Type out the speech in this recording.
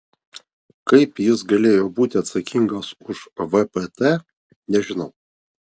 kaip jis galėjo būti atsakingas už vpt nežinau